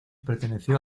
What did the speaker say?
perteneció